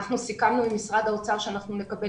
אנחנו סיכמנו עם משרד האוצר שאנחנו נקבל